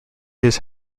his